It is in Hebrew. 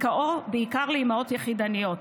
בעיקר לאימהות יחידניות.